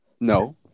No